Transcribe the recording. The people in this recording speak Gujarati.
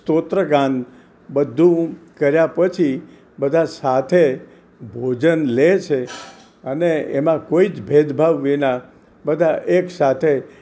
સ્તોત્ર ગામ બધું કર્યા પછી બધા સાથે ભોજન લે છે અને એમાં કોઈ જ ભેદભાવ વિના બધા એક સાથે